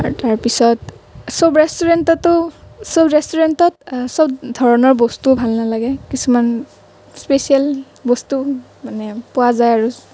আৰু তাৰপিছত সব ৰেষ্টুৰেণ্টটো সব ৰেষ্টুৰেণ্টত সব ধৰণৰ বস্তুও ভাল নালাগে কিছুমান স্পেছিয়েল বস্তু মানে পোৱা যায় আৰু